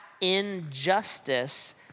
injustice